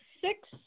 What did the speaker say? six